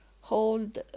hold